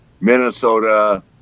Minnesota